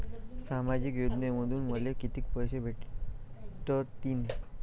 सामाजिक योजनेमंधून मले कितीक पैसे भेटतीनं?